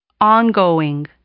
Ongoing